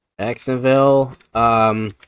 Jacksonville